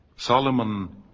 Solomon